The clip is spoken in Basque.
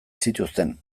zituzten